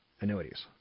annuities